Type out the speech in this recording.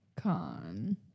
Con